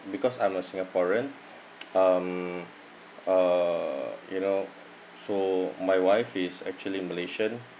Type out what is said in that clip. because I'm a singaporean um uh you know so my wife is actually malaysian